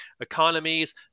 economies